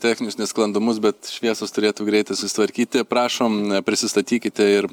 techninius nesklandumus bet šviesos turėtų greitai susitvarkyti prašom prisistatykite ir